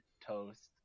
toast